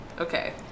Okay